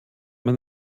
man